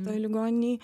toj ligoninėj